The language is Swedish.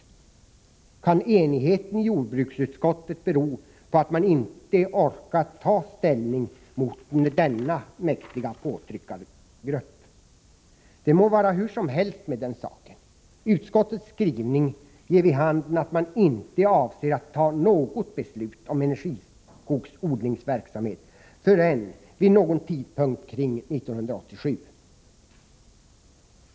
Kan enigheten i jordbruksutskottet bero på att man inte har orkat ta ställning mot denna mäktiga påtryckargrupp? Det må vara hur som helst med den saken. Utskottets skrivning ger vid handen att avsikten är att inte fatta något beslut om energiskogsodlingsverksamhet förrän vid någon tidpunkt kring 1987.